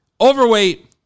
overweight